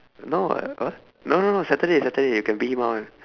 no what uh no saturday saturday you can beat him up [one]